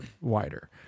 wider